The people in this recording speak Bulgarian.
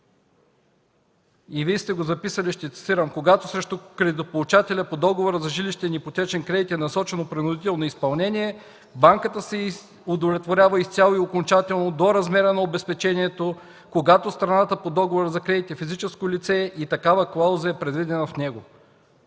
Вие сте го записали и ще го цитирам: Когато срещу кредитополучателя по договора за жилищен ипотечен кредит е насочено принудително изпълнение, банката се удовлетворява изцяло и окончателно до размера на обезпечението, когато страната по договора за кредит е физическо лице и такава клауза е предвидена в него.